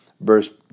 Verse